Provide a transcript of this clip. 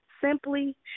simply